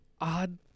odd